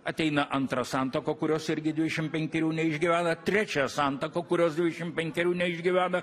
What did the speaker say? ateina antra santuoka kurios irgi dvidešim penkerių neišgyvena trečia santaka kurios dvidešim penkerių neišgyvena